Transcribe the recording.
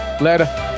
Later